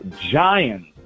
giants